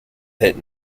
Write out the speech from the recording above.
hit